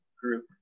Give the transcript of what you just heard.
group